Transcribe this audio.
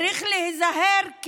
צריך להיזהר,